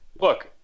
Look